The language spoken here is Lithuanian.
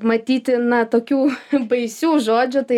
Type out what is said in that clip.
matyti na tokių baisių žodžių tai